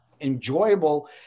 enjoyable